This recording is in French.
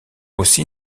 aussi